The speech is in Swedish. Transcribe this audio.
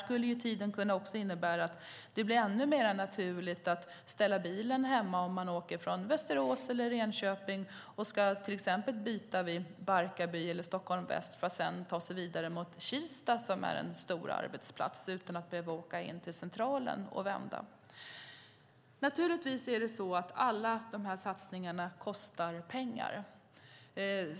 Med tiden innebär detta att det blir ännu mer naturligt att ställa bilen hemma om man åker från Västerås eller Enköping, byter vid exempelvis Barkarby eller Stockholm väst för att sedan ta sig vidare till Kista, en stor arbetsplats, utan att behöva åka till Centralen och vända. Alla satsningarna kostar naturligtvis pengar.